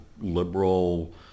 liberal